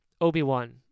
Obi-Wan